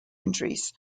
entries